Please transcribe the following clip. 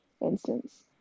instance